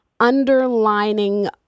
underlining